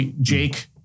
Jake